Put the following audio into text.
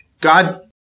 God